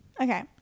okay